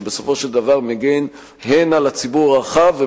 שבסופו של דבר מגן הן על הציבור הרחב,